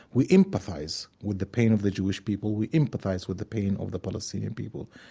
we empathize with the pain of the jewish people. we empathize with the pain of the palestinian people.